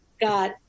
got